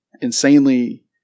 insanely